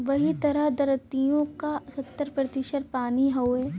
वही तरह द्धरतिओ का सत्तर प्रतिशत पानी हउए